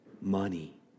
money